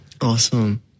Awesome